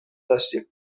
داشتیم